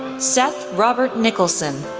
seth robert nicholson,